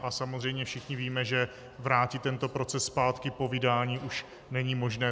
A samozřejmě všichni víme, že vrátit tento proces zpátky po vydání už není možné.